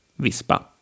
Vispa